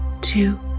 two